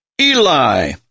Eli